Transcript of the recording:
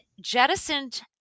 jettisoned